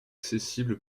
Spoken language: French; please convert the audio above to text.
accessible